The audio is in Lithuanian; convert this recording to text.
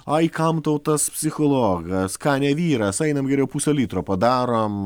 ai kam tau tas psichologas ką ne vyras einam geriau pusę litro padarom